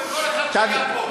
ואת כל אחד שהיה פה.